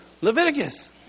Leviticus